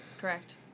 Correct